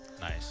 Nice